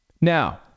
Now